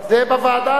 את זה אנחנו נעשה בוועדה.